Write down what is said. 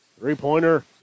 Three-pointer